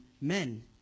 men